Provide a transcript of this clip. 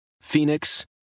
Phoenix